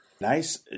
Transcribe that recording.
nice